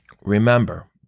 remember